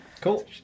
Cool